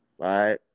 right